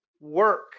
work